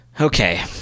Okay